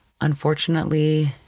unfortunately